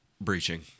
breaching